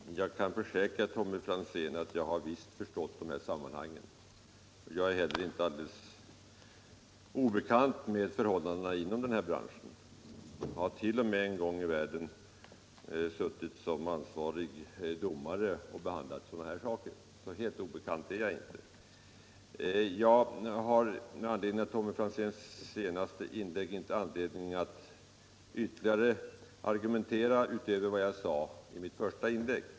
Herr talman! Jag kan försäkra Tommy Franzén att jag visst har förstått sammanhanget. Jag är heller inte helt obekant med förhållandena inom branschen. Jag har t.o.m. en gång i världen suttit som ansvarig domare och behandlat sådana här saker. Tommy Franzéns senaste inlägg har jag inte anledning att ytterligare argumentera utöver vad jag sade i mitt första anförande.